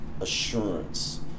assurance